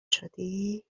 شدی